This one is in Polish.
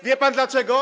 Wie pan dlaczego?